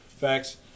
Facts